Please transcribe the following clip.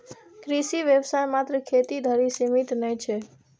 कृषि व्यवसाय मात्र खेती धरि सीमित नै छै